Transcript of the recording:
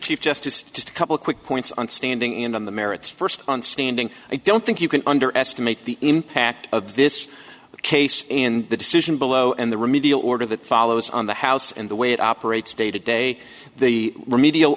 chief justice just a couple quick points on standing and on the merits first on standing i don't think you can underestimate the impact of this case and the decision below and the remedial order that follows on the house and the way it operates day to day the remedial